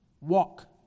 Walk